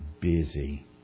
busy